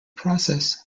process